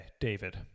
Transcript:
David